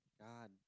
God